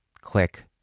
Click